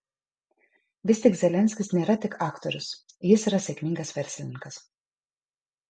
vis tik zelenskis nėra tik aktorius jis yra sėkmingas verslininkas